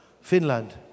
Finland